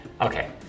Okay